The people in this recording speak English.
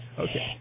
Okay